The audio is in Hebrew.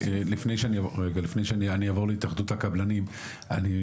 לפני שאעבור להתאחדות הקבלנים,